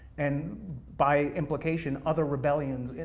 and by implication, other rebellions,